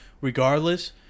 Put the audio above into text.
regardless